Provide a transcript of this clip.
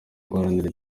guharanira